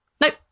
Nope